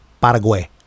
Paraguay